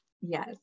Yes